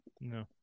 No